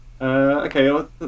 okay